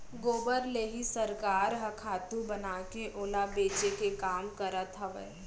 गोबर ले ही सरकार ह खातू बनाके ओला बेचे के काम करत हवय